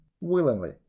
Willingly